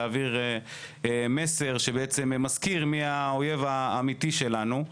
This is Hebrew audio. על-מנת להעביר מסר שבעצם מזכיר מי האויב האמיתי שלנו,